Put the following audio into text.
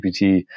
gpt